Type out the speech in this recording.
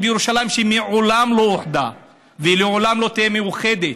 ירושלים" שמעולם לא אוחדה ולעולם לא תהיה מאוחדת,